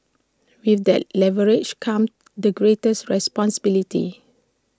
with that leverage comes the greatest responsibility